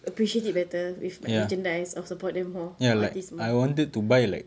appreciate it better with like merchandise or support them more like artist more